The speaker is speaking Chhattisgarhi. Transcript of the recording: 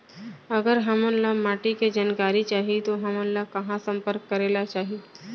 अगर हमन ला माटी के जानकारी चाही तो हमन ला कहाँ संपर्क करे ला चाही?